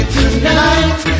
tonight